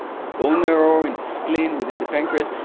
in the bone marrow, in the spleen, within the pancreas,